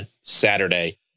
Saturday